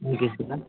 okay sir